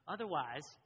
Otherwise